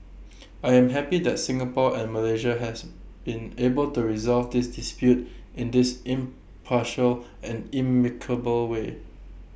I am happy that Singapore and Malaysia has been able to resolve this dispute in this impartial and amicable way